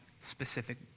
specific